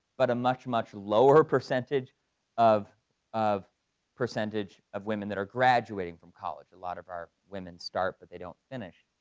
but a much much lower percentage of of percentage of women that are graduating from college. a lot of our women's start but they don't finish.